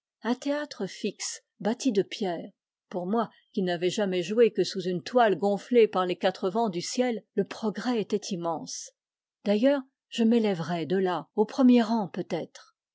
un théâtre fixe bâti de pierre pour moi qui n'avais jamais joué que sous une toile gonflée par les quatre vents du ciel le progrès était immense d'ailleurs je m'élèverais de là au premier rang peut-être